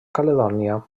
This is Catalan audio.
caledònia